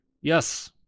Yes